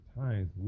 times